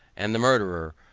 and the murderer,